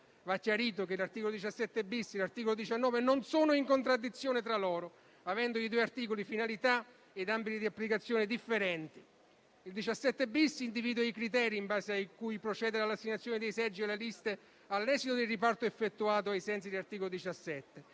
Va chiarito che gli articoli 17-*bis* e 19 non sono in contraddizione tra loro, avendo i due articoli finalità ed ambiti di applicazione differenti: il 17*-bis* individua i criteri in base a cui procedere all'assegnazione dei seggi alle liste, all'esito del riparto effettuato ai sensi dell'articolo 17;